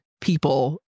people